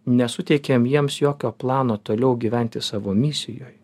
nesuteikėm jiems jokio plano toliau gyventi savo misijoj